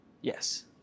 Yes